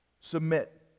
Submit